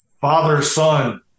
father-son